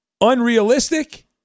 unrealistic